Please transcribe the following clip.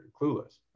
clueless